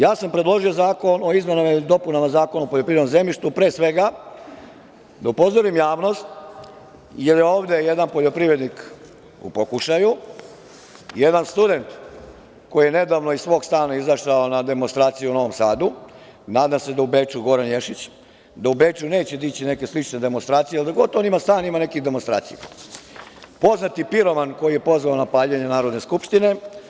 Ja sam predložio zakon o izmenama i dopunama Zakona o poljoprivrednom zemljištu, pre svega da upozorim javnost jer je ovde jedan poljoprivrednik u pokušaju, jedan student koji je nedavno iz svog stana izašao na demonstracije u Novom Sadu, Goran Ješić, nadam se da u Beču neće dići neke slične demonstracije, jer gde god on ima stan ima nekih demonstracija, poznati piroman koji je pozvao na paljenje Narodne skupštine.